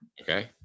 Okay